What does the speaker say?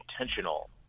intentional